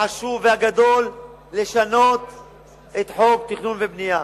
החשוב והגדול לשנות את חוק התכנון והבנייה.